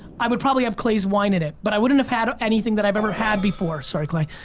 i would probably have clay's wine in it, but i wouldn't have had anything that i've ever had before. sorry clay,